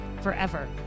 forever